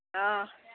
অঁ